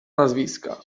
nazwiska